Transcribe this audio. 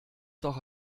doch